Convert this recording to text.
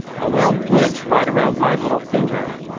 i wound winch right around my little finger,